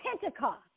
Pentecost